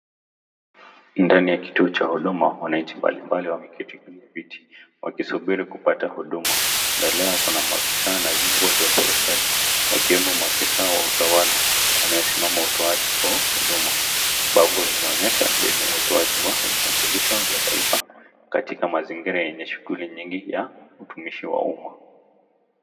Ndani ya kituo cha huduma, wananchi mbalimbali wameketi kwenye viti, wakisubiri kupata huduma. Mbele yao kuna maafisa na viongozi wa serikali wakiwemo maafisa wa utawala, wanasimamia utoaji kwa huduma. Bango hili linaonyesha sehemu ya utoaji wa vitambulisho vya taifa katika mazingira yenye shughuli mingi ya utumishi wa umma.